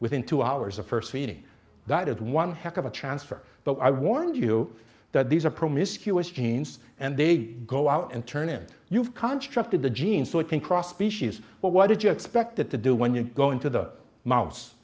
within two hours of first feeding that is one heck of a transfer but i warn you that these are promiscuous genes and they go out and turn and you've contracted the gene so it can cross species but what did you expect it to do when you go into the mouse